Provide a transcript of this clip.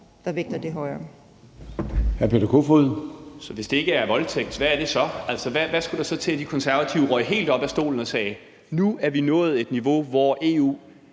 Der vægter det højere.